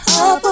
up